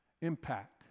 impact